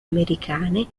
americane